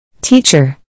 Teacher